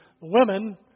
women